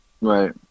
Right